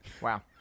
Wow